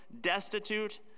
destitute